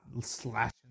slashing